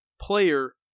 player